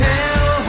Tell